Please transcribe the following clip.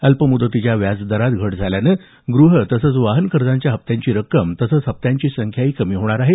अल्पमुदतीच्या व्याजदरात घट झाल्यानं ग्रह तसंच वाहन कर्जाच्या हप्त्यांची रक्कम तसंच हप्त्यांची संख्याही कमी होणार आहे